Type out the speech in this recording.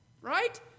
Right